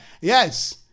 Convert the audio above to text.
Yes